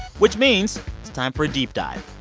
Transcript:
which means it's time for a deep dive.